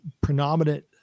predominant